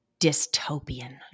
Dystopian